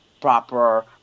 proper